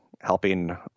helping